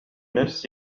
نفس